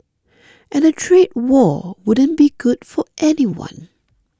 and a trade war wouldn't be good for anyone